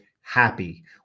happy